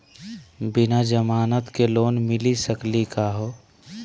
बिना जमानत के लोन मिली सकली का हो?